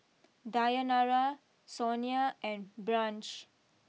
Dayanara Sonia and Branch